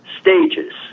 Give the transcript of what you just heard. stages